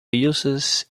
uses